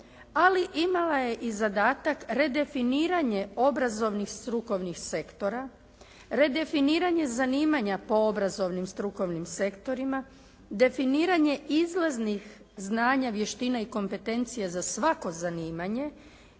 ali imala je i zadatak redefiniranje obrazovnih strukovnih sektora, redefiniranje zanimanja po obrazovnim strukovnim sektorima, definiranje izlaznih znanja, vještina i kompetencija za svako zanimanje